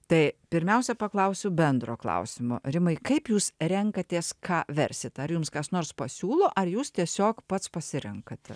tai pirmiausia paklausiu bendro klausimo rimai kaip jūs renkatės ką versit ar jums kas nors pasiūlo ar jūs tiesiog pats pasirenkate